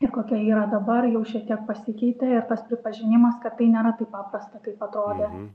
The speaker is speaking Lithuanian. ir kokia ji yra dabar jau šiek tiek pasikeitė ir tas pripažinimas kad tai nėra taip paprasta kaip atrodė